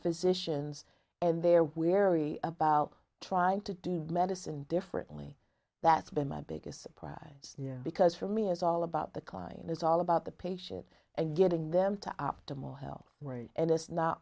physicians and they're wary about trying to do medicine differently that's been my biggest surprise because for me is all about the client is all about the patient and getting them to optimal health and it's not